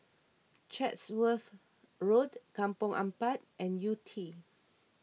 Chatsworth Road Kampong Ampat and Yew Tee